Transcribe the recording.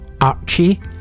archie